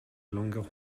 longer